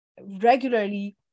regularly